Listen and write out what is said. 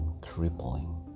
crippling